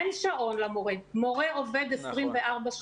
אין שעון למורה, מורה עובד 24 שעות,